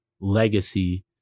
legacy